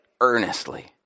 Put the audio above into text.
earnestly